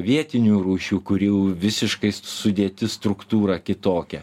vietinių rūšių kurių visiškai sudėtis struktūra kitokia